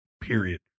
period